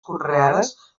conreades